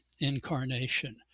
incarnation